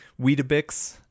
Weedabix